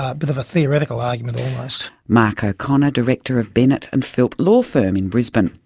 ah bit of a theoretical argument, almost. mark o'connor, director of bennett and philp law firm in brisbane.